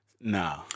Nah